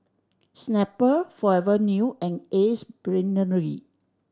Snapple Forever New and Ace Brainery